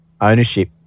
ownership